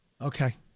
Okay